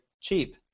cheap